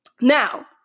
Now